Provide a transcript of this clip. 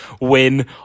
win